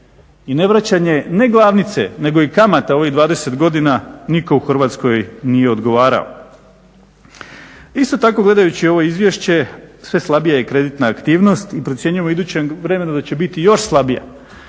i ne vraćanje ne glavnice nego i kamata u ovih 20 godina nitko u Hrvatskoj nije odgovarao. Isto tako gledajući ovo izvješće sve slabija je kreditna aktivnost i procjenjujemo u idućem vremenu da će biti još slabija